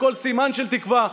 בכל סימן של תקווה.